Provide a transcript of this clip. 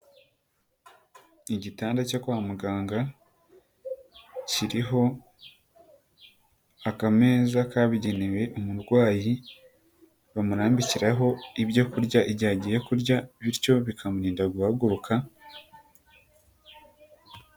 Igitanda cyo kwa muganga kiriho akameza kabigenewe umurwayi bamurambikiraho ibyokurya igihe agiye kurya bityo bikamurinda guhaguruka.